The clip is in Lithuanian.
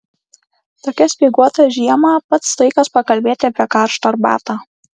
tokią speiguotą žiemą pats laikas pakalbėti apie karštą arbatą